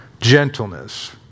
gentleness